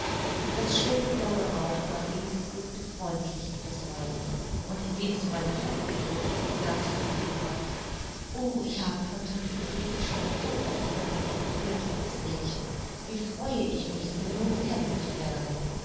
das schöne blaue auge marie's blickte freundlich in das meine und indem sie meine hand ergriff sagte sie lebhaft o ich habe von tante ulrike schon so oft von ihnen gehört liebes gretchen wie freue ich mich sie nun